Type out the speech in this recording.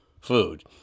food